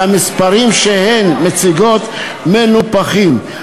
והמספרים שהן מציגות מנופחים.